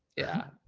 yeah.